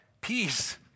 peace